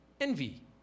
Envy